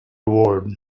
ward